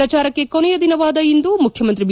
ಪ್ರಚಾರಕ್ಕೆ ಕೊನೆಯ ದಿನವಾದ ಇಂದು ಮುಖ್ಯಮಂತ್ರಿ ಬಿ